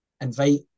invite